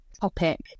topic